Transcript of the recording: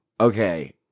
Okay